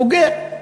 בוגר.